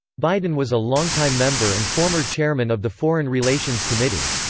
biden was a long-time member and former chairman of the foreign relations committee.